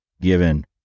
given